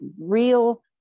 real